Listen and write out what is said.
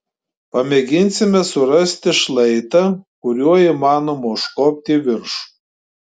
pamėginsime surasti šlaitą kuriuo įmanoma užkopti į viršų